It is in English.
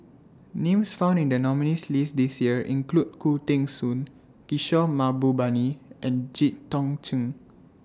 Names found in The nominees' list This Year include Khoo Teng Soon Kishore Mahbubani and Jit Tong Ch'ng